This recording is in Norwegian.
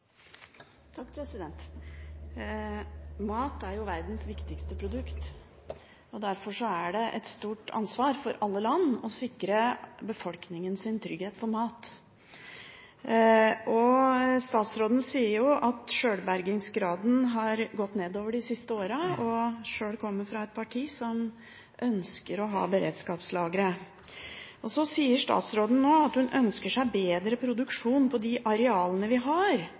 verdens viktigste produkt. Derfor er det et stort ansvar for alle land å sikre befolkningen trygghet for mat. Statsråden sier at sjølbergingsgraden har gått nedover de siste årene, og hun sjøl kommer fra et parti som ønsker å ha beredskapslageret. Så sier statsråden nå at hun ønsker seg bedre produksjon på de arealene vi har,